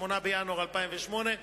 8 בינואר 2008,